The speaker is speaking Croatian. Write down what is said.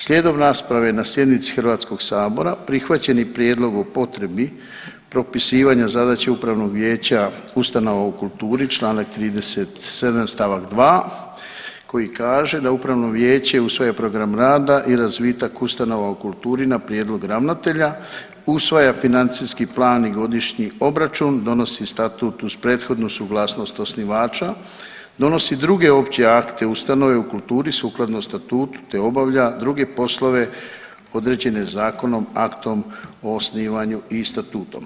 Slijedom rasprave na sjednici Hrvatskog sabora prihvaćen je prijedlog o potrebi propisivanja zadaća Upravnog vijeća ustanova u kulturi, članak 37. stavak 2. koji kaže da Upravno vijeće u svoj program rada i razvitak ustanova u kulturi na prijedlog ravnatelja usvaja financijski plan i godišnji obračun, donosi statut uz prethodnu suglasnost osnivača, donosi druge opće akte, ustanove u kulturi sukladno statutu te obavlja druge poslove određene zakonom, aktom o osnivanju i statutom.